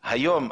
היום,